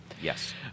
Yes